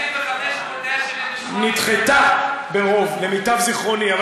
275 מול 178. נדחתה ברוב, למיטב זיכרוני.